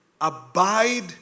Abide